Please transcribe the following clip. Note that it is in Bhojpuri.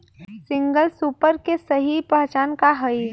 सिंगल सुपर के सही पहचान का हई?